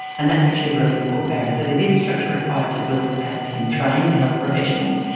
and that's actually a really important barrier. so there's infrastructure required to build capacity and train the health professionals,